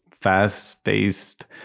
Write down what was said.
fast-paced